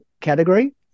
category